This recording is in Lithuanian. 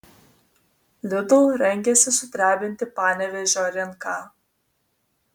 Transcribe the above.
lidl rengiasi sudrebinti panevėžio rinką